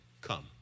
come